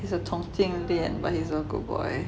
he's a 同性恋 but he's a good boy